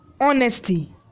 honesty